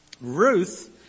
Ruth